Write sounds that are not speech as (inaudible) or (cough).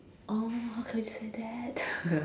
oh how can you say that (laughs)